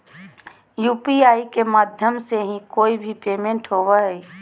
UPI के माध्यम से ही कोय भी पेमेंट होबय हय